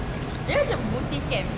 dia macam booty camp